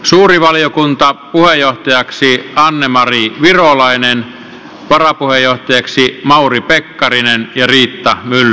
suuri valiokunta puheenjohtajaksi ja anne mari virolainen valokuvaaja keksii mauri pekkarinen ja viittaa v